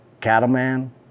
cattleman